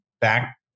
back